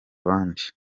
abandi